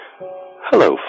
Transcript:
Hello